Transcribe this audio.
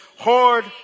hard